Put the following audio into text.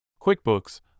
QuickBooks